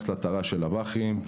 לתר"ש (תוכנית רב שנתית) של הבא"חים,